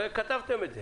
הרי כתבתם את זה.